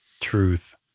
Truth